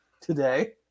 today